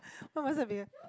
why must I be a